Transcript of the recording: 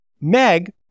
Meg